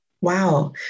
Wow